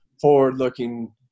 forward-looking